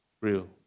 real